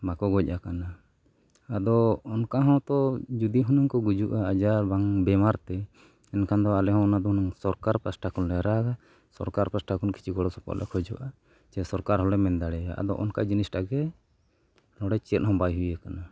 ᱵᱟᱠᱚ ᱜᱚᱡ ᱟᱠᱟᱱᱟ ᱟᱫᱚ ᱚᱱᱠᱟ ᱦᱚᱸᱛᱚ ᱡᱩᱫᱤ ᱦᱩᱱᱟᱹᱝ ᱠᱚ ᱜᱩᱡᱩᱜᱼᱟ ᱟᱡᱟᱨ ᱵᱟᱝ ᱵᱤᱢᱟᱨ ᱛᱮ ᱮᱱᱠᱷᱟᱱ ᱫᱚ ᱟᱞᱮᱦᱚᱸ ᱚᱱᱟ ᱫᱚᱨᱩᱱ ᱥᱚᱨᱠᱟᱨ ᱯᱟᱦᱴᱟ ᱠᱷᱚᱱᱞᱮ ᱨᱟᱜᱟ ᱥᱚᱨᱠᱟᱨ ᱯᱟᱥᱴᱟ ᱠᱷᱚᱱ ᱠᱤᱪᱷᱩ ᱜᱚᱲᱚ ᱥᱚᱯᱚᱦᱚᱫ ᱞᱮ ᱠᱷᱚᱡᱚᱜᱼᱟ ᱡᱮ ᱥᱚᱨᱠᱟᱨ ᱦᱚᱸᱞᱮ ᱢᱮᱱ ᱫᱟᱲᱮᱭᱟᱭᱟ ᱟᱫᱚ ᱚᱱᱠᱟ ᱡᱤᱱᱤᱥᱴᱟᱜ ᱜᱮ ᱱᱚᱸᱰᱮ ᱪᱮᱫᱦᱚᱸ ᱵᱟᱭ ᱦᱩᱭ ᱟᱠᱟᱱᱟ